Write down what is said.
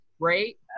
great